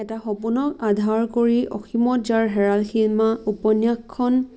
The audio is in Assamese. এটা সপোনক আধাৰ কৰি অসীমত যাৰ হেৰাল সীমা উপন্যাসখন